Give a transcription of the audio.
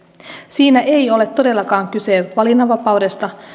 siinä ei ole todellakaan kyse valinnanvapaudesta